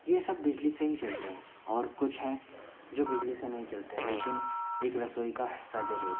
ये सब बिजली से ही चलते हैं और कुछ हैं जो बिजली से नहीं चलते हैं लेकिन एक रसोई का हिस्सा ज़रूर हैं